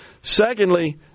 Secondly